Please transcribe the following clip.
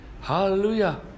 hallelujah